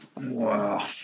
wow